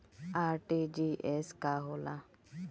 RTGS का होला?